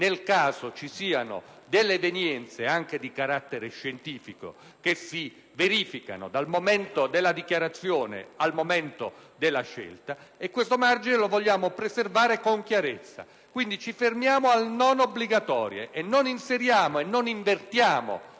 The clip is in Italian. nel caso ci siano delle evenienze, anche di carattere scientifico, che si verifichino dal momento della dichiarazione al momento della scelta, e questo margine lo vogliamo preservare con chiarezza. Quindi ci fermiamo al «non obbligatorie» e non invertiamo un criterio,